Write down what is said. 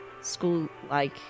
school-like